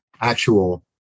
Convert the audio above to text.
actual